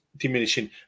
diminishing